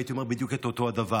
הייתי אומר בדיוק את אותו הדבר: